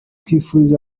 twifurije